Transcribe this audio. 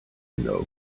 know